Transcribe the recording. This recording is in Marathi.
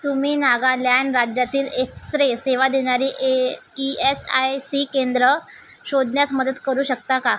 तुम्ही नागालँड राज्यातील एक्स रे सेवा देणारी A E S I C केंद्रं शोधण्यास मदत करू शकता का